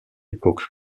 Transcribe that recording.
époque